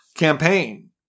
Campaign